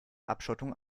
abschottung